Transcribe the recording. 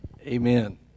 Amen